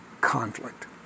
conflict